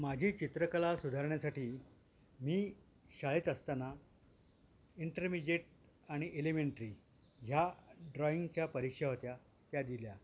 माझी चित्रकला सुधारण्यासाठी मी शाळेत असताना इंटरमिजिएट आणि एलिमेंट्री ह्या ड्रॉईंगच्या परीक्षा होत्या त्या दिल्या